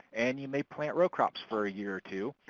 and you may plant row crops for a year or two.